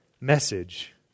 message